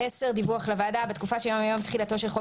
דיווח לוועדה 10. בתקופה שמיום תחילתו של חוק